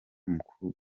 mukuru